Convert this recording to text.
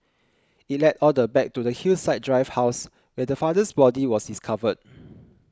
it led all the back to the Hillside Drive house where the father's body was discovered